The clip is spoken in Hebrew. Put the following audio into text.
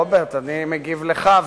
רוברט, אני מגיב לך.